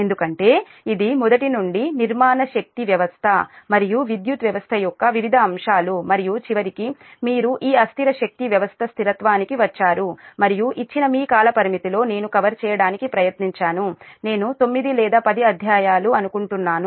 ఎందుకంటే ఇది మొదటి నుండి నిర్మాణ శక్తి వ్యవస్థ మరియు విద్యుత్ వ్యవస్థ యొక్క వివిధ అంశాలు మరియు చివరికి మీరు ఈ అస్థిర శక్తి వ్యవస్థ స్థిరత్వానికి వచ్చారు మరియు ఇచ్చిన మీ కాలపరిమితిలో నేను కవర్ చేయడానికి ప్రయత్నించాను నేను 9 లేదా 10 అధ్యాయాలు అనుకుంటున్నాను